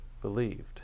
believed